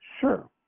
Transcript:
Sure